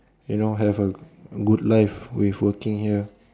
you know have a good life with working here